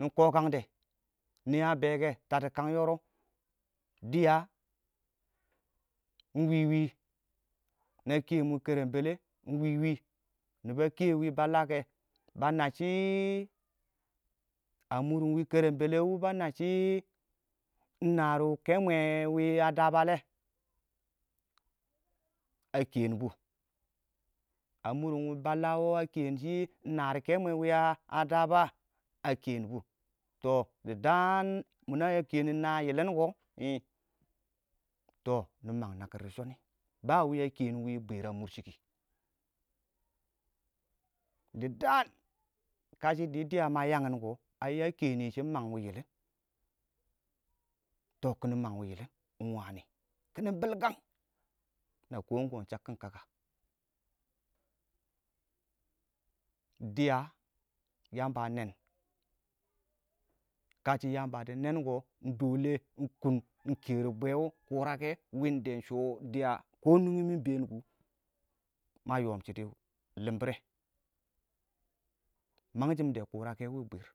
nɪ kəkangde nɪ a bɛɛ kɛ tab dɪ kana yɔrɔb dɪya ingwiwi na kɛɛm wɪɪn kərəmbələ ingwiwi nibɛ a kɛɛ wɪɪn bakklake ba yamba a kɛɛ wɪɪn ballakɛ ba yamba shɪ a murrʊn wɪɪn kərəm b5l5 wʊ ba nabbʊ shɪ ingnaar kɛɛm bʊ a mʊrrʊn wɪɪn ballawɔ a kɛɛn ingnaar kɛmwɛ wɪɪn a daba? a kɛɛn bʊ tɔ dɪ daan muna ya kɔɔn na yɪlɪn kɔ? i tɔ nɪ mang nakɪr dɪ shɔni wɪɪn a kɛɛn nɪ bwir a mʊrshiki nɪ daan kə shɪ dɪ dɪya ma yangikɛ ai a kɛɛnisin mang wɪɪn yɪlɪn tɔ kiɪnɪ mang wɪɪn yɪlɪn ingwani kiɪnɪ bilkang na kɔɔm kɔɔm shakkin kaka dɪya yamba a nɛɛn kashɪ yamba dɪ nɛɛmkɔ iɪng ingkər iɪng iɪng kər bwəwɔ kʊrakɔ wɪɪn d5 shɛ dɪya nungi mɪ ingbɛɛn kʊ ma yɔɔm shɪidɛ limbirrɛ mangshimdɔ kʊrakɔ wɪɪn bwir